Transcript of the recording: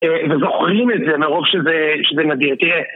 וזוכרים את זה, מרוב שזה נדיר.